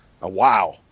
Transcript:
wow